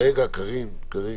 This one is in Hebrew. רגע, קארין.